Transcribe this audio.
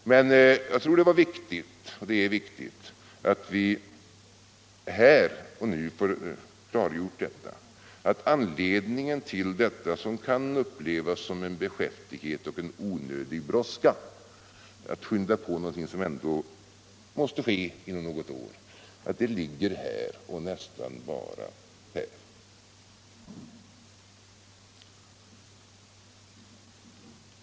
Men jag tror att det är viktigt att vi här nu får klargjort att anledningen till detta, som kan upplevas som en beskäftighet och en onödig brådska att skynda på något som ändå måste ske inom något år, ligger här och nästan endast här.